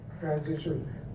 transition